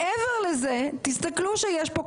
מעבר לזה תסתכלו שיש פה,